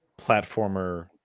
platformer